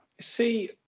see